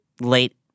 late